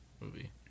movie